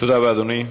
תודה רבה, אדוני.